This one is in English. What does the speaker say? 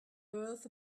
earth